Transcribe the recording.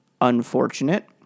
unfortunate